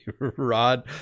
Rod